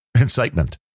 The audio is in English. Incitement